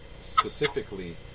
specifically